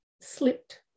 slipped